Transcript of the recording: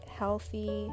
healthy